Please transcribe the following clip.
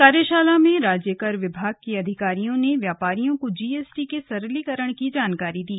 कार्यशाला में राज्य कर विभाग के अधिकारियों ने व्यापारियों को जीएसटी के सरलीकरण की जानकारी दी